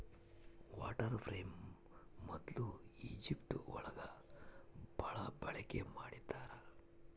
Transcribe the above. water frame ಮೊದ್ಲು Egypt ಒಳಗ ಭಾಳ ಬಳಕೆ ಮಾಡಿದ್ದಾರೆ